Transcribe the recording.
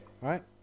Right